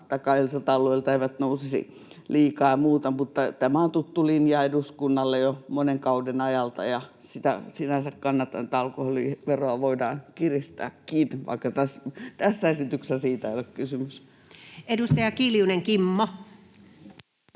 tämä on tuttu linja eduskunnalle jo monen kauden ajalta. Sitä sinänsä kannatan, että alkoholiveroa voidaan kiristääkin, vaikka tässä esityksessä siitä ei ole kysymys. [Speech 10]